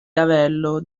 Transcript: lavello